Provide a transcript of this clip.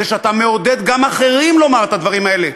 זה שאתה מעודד גם אחרים לומר את הדברים האלה,